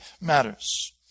matters